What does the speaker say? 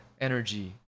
energy